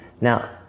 now